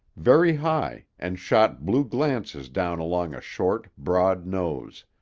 very high, and shot blue glances down along a short, broad nose.